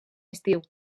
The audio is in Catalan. estiu